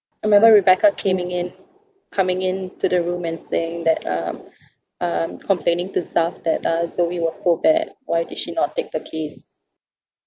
I remember rebecca coming in coming in to the room and saying that um um complaining to staff that uh zoe was so bad why did she not take the case